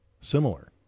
similar